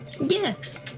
Yes